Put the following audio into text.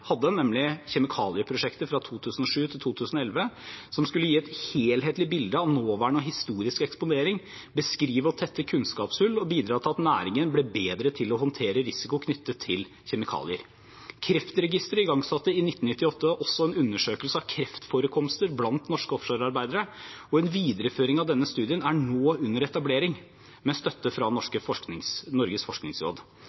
skulle gi et helhetlig bilde av nåværende og historisk eksponering, beskrive og tette kunnskapshull og bidra til at næringen ble bedre til å håndtere risiko knyttet til kjemikalier. Kreftregisteret igangsatte i 1998 også en undersøkelse av kreftforekomster blant norske offshorearbeidere, og en videreføring av denne studien er nå under etablering, med støtte fra